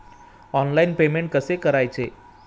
Online payment कसे करायचे?